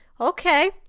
Okay